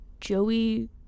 Joey